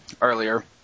earlier